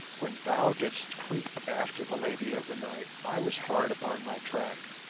when thou didst creep after the lady of the night i was hard upon thy track.